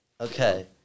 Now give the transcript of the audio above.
Okay